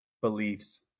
beliefs